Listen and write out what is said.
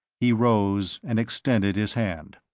he rose and extended his hand.